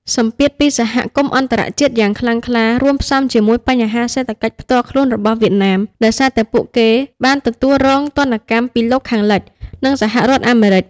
សម្ពាធពីសហគមន៍អន្តរជាតិយ៉ាងខ្លាំងក្លា រួមផ្សំជាមួយបញ្ហាសេដ្ឋកិច្ចផ្ទាល់ខ្លួនរបស់វៀតណាម ដោយសារតែពួកគេបានទទួលរងទណ្ឌកម្មពីលោកខាងលិច និងសហរដ្ឋអាមេរិក។